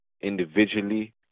individually